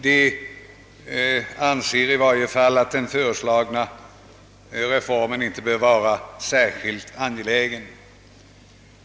Man anser att den föreslagna reformen i varje fall inte behöver vara särskilt angelägen.